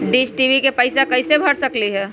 Dish TV के पैईसा कईसे भर सकली?